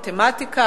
מתמטיקה,